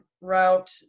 route